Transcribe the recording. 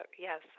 Yes